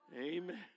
Amen